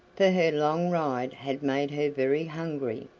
for her long ride had made her very hungry.